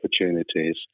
opportunities